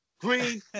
green